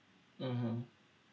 mmhmm